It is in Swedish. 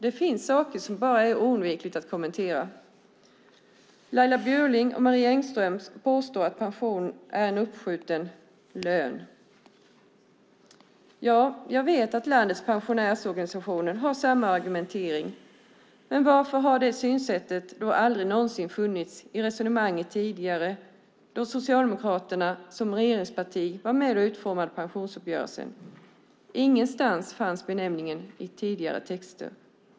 Det finns saker som det bara är oundvikligt att kommentera. Laila Bjurling och Marie Engström påstår att pensionen är uppskjuten lön. Jag vet att landets pensionärsorganisationer har samma argumentering. Men varför har det synsättet aldrig någonsin funnits med i resonemanget tidigare då Socialdemokraterna som regeringsparti var med och utformade pensionsuppgörelsen? Ingenstans i tidigare texter fanns benämningen.